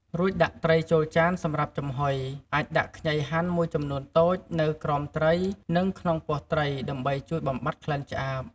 រួចដាក់ត្រីចូលចានសម្រាប់ចំហុយ អាចដាក់ខ្ញីហាន់មួយចំនួនតូចនៅក្រោមត្រី និងក្នុងពោះត្រីដើម្បីជួយបំបាត់ក្លិនឆ្អាប។